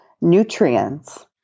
nutrients